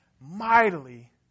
mightily